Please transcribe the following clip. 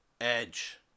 Edge